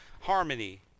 harmony